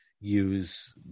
use